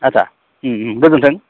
आस्सा गोजोन्थों